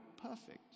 Perfect